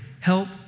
help